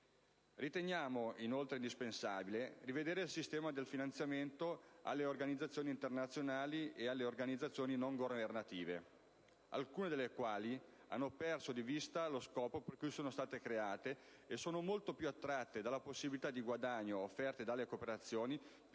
Riteniamo, inoltre, indispensabile rivedere il sistema dei finanziamenti alle organizzazioni internazionali e alle organizzazioni non governative, alcune delle quali hanno perso di vista lo scopo per cui sono state create e sono molto più attratte dalle possibilità di guadagno offerte dalla cooperazione